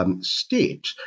state